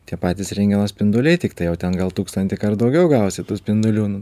tie patys rentgeno spinduliai tiktai jau ten gal tūkstantį kart daugiau gausi tų spindulių nu